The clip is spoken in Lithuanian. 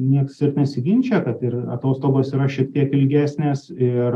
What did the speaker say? nieks ir nesiginčija kad ir atostogos yra šiek tiek ilgesnės ir